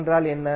என்றால் என்ன